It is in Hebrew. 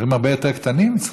בסכומים הרבה יותר קטנים צריך,